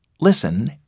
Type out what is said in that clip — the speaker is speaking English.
Listen